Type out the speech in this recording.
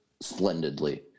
splendidly